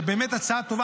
ובאמת ההצעה טובה,